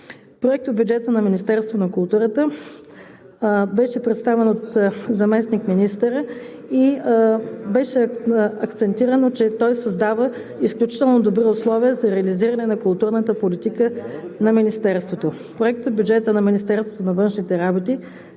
Проектобюджетът на Министерството на културата беше представен от заместник-министър Румен Димитров, който акцентира, че той създава изключително добри условия за реализиране на културната политика на Министерството. Проектобюджетът на Министерството на външните работи